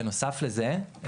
בנוסף לזה,